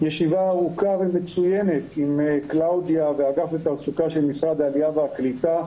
ישיבה ארוכה ומצוינת עם קלאודיה והאגף לתעסוקה של משרד העלייה והקליטה,